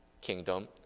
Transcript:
kingdom